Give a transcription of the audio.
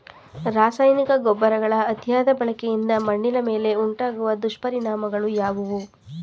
ರಾಸಾಯನಿಕ ಗೊಬ್ಬರಗಳ ಅತಿಯಾದ ಬಳಕೆಯಿಂದ ಮಣ್ಣಿನ ಮೇಲೆ ಉಂಟಾಗುವ ದುಷ್ಪರಿಣಾಮಗಳು ಯಾವುವು?